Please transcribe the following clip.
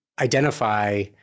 identify